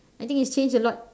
I think it's changed a lot